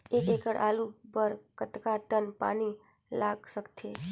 एक एकड़ के आलू बर कतका टन पानी लाग सकथे?